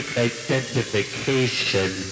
identification